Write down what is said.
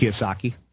Kiyosaki